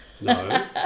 No